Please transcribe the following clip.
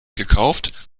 gekauft